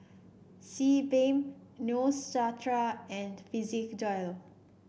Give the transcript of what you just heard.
Sebamed Neostrata and Physiogel